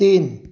तीन